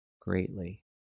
greatly